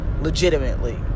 legitimately